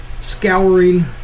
scouring